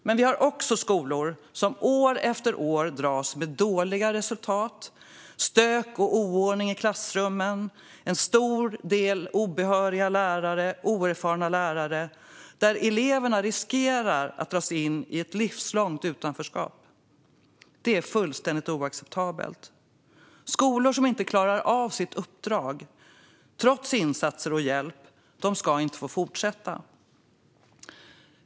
Men vi har också skolor som år efter år dras med dåliga resultat, stök och oordning i klassrummen, en stor andel obehöriga och oerfarna lärare, där eleverna riskerar att dras in i ett livslångt utanförskap. Det är fullständigt oacceptabelt. Skolor som inte klarar av sitt uppdrag trots insatser och hjälp ska inte få fortsätta.